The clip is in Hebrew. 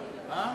יוסי, הם בצום,